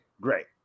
great